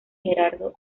gerardo